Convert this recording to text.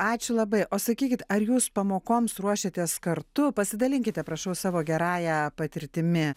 ačiū labai o sakykit ar jūs pamokoms ruošiatės kartu pasidalinkite prašau savo gerąja patirtimi